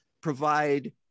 provide